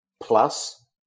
plus